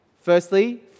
firstly